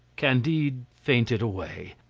candide fainted away,